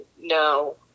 no